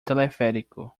teleférico